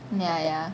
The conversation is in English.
ya ya